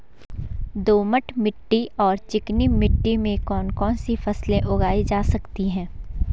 दोमट मिट्टी और चिकनी मिट्टी में कौन कौन सी फसलें उगाई जा सकती हैं?